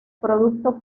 producto